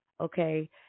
okay